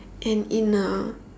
and in a